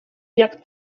jak